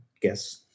guess